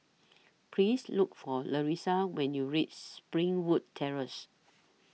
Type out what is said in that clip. Please Look For Larissa when YOU REACH Springwood Terrace